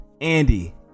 Andy